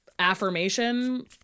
affirmation